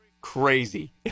crazy